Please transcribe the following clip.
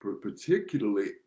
particularly